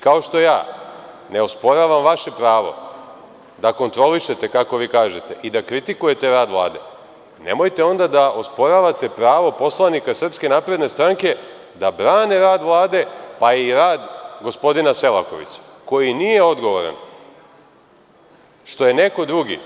Kao što ja ne osporavam vaše pravo da kontrolišete, kako vi kažete, i da kritikujete rad Vlade, nemojte onda da osporavate pravo poslanika SNS da brane rad Vlade, pa i rad gospodina Selakovića, koji nije odgovoran što je neko drugi,